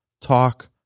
talk